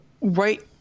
right